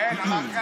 חבר הכנסת